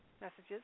messages